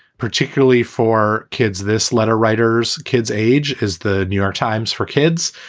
particularly for kids, this letter writers, kids age is the new york times. for kids,